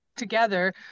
together